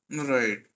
Right